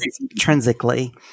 Intrinsically